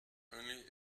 only